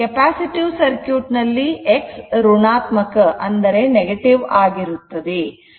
capacitive circuit ನಲ್ಲಿ X ಋಣಾತ್ಮಕ ವಾಗಿರುತ್ತದೆ